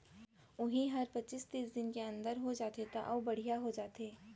उही हर पचीस तीस दिन के अंदर हो जाथे त अउ बड़िहा हो जाथे